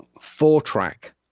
Four-track